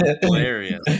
Hilarious